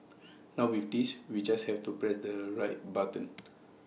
now with this we just have to press the right buttons